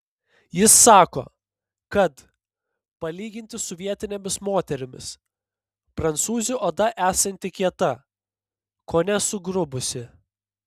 jis sako kad palyginti su vietinėmis moterimis prancūzių oda esanti kieta kone sugrubusi